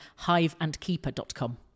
hiveandkeeper.com